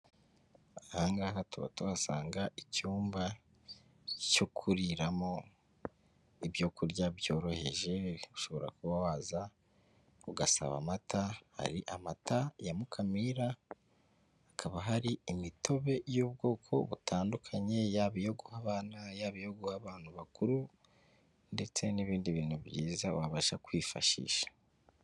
Ahangaha tuba tuhasanga icyumba cyo kuriramo ibyo kurya byoroheje, ushobora kuba waza ugasaba amata, hari amata ya mukamira hakaba hari imitobe y'ubwoko butandukanye yaba iyo guha abana, yaba iyo guha abantu bakuru ndetse n'ibindi bintu byiza wabasha kwifashisha.